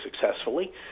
successfully